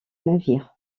navire